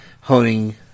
honing